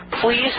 please